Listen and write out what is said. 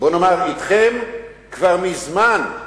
אתכם כבר מזמן,